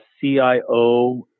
CIO